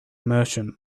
merchant